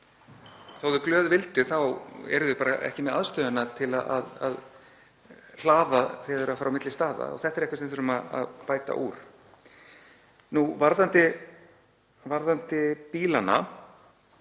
Þótt þau glöð vildu þá eru þau bara ekki með aðstöðuna til að hlaða þegar þau fara á milli staða. Þetta er eitthvað sem þarf að bæta úr. Varðandi bílana